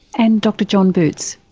and dr john boots?